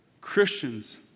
Christians